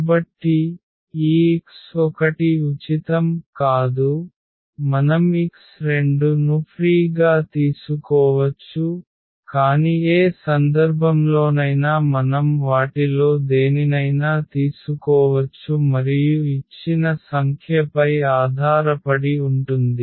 కాబట్టి ఈ x1 ఉచితం కాదు మనం x2 ను ఫ్రీ గా తీసుకోవచ్చు కాని ఏ సందర్భంలోనైనా మనం వాటిలో దేనినైనా తీసుకోవచ్చు మరియు ఇచ్చిన సంఖ్యపై ఆధారపడి ఉంటుంది